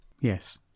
Yes